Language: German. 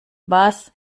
was